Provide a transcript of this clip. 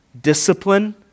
discipline